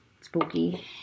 Spooky